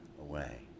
away